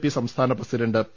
P സംസ്ഥാന president P